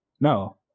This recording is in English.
No